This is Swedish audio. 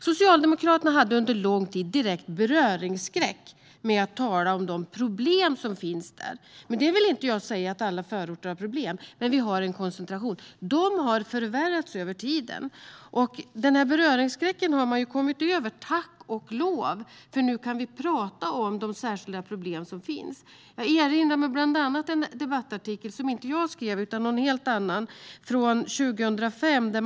Socialdemokraterna hade under lång tid direkt beröringsskräck för att tala om de problem som finns där. Jag säger inte att alla förorter har problem, men det finns en koncentration. Det har förvärrats över tiden. Beröringsskräcken har Socialdemokraterna kommit över - tack och lov! Nu kan vi prata om de särskilda problem som finns. Jag erinrar mig bland annat en debattartikel från 2005. Jag har inte skrivit den, utan det har någon helt annan.